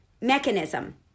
mechanism